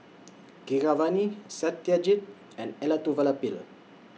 Keeravani Satyajit and Elattuvalapil